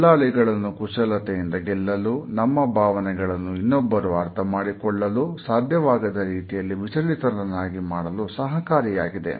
ದಲ್ಲಾಳಿಗಳನ್ನು ಕುಶಲತೆಯಿಂದ ಗೆಲ್ಲಲು ನಮ್ಮ ಭಾವನೆಗಳನ್ನು ಇನ್ನೊಬ್ಬರು ಅರ್ಥಮಾಡಿಕೊಳ್ಳಲು ಸಾಧ್ಯವಾಗದ ರೀತಿಯಲ್ಲಿ ವಿಚಲಿತನಾಗಿ ಮಾಡಲು ಸಹಕಾರಿಯಾಗಿದೆ